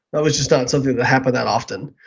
that was just not something that happened that often.